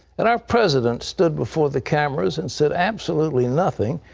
and our president stood before the cameras and said absolutely nothing,